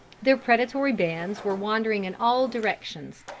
their predatory bands were wandering in all directions,